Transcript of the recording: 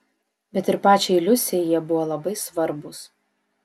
bet ir pačiai liusei jie buvo labai svarbūs